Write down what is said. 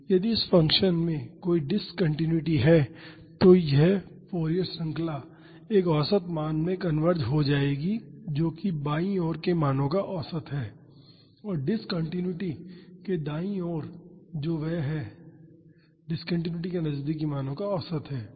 यदि इस फ़ंक्शन में कोई डिसकॉन्टिनुइटी है तो यह फॉरिएर श्रृंखला एक औसत मान में कनवर्ज हो जाएगी जो कि बाईं ओर के मानों का औसत है और डिसकॉन्टिनुइटी के दाईं ओर जो है वह डिसकॉन्टिनुइटी के नजदीकी मानों का औसत है